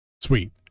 Sweet